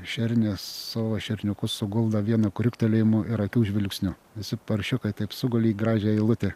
šernės savo šerniukus suguldo vienu kriuktelėjimu ir akių žvilgsniu visi paršiukai taip sugulė į gražią eilutę